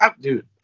dude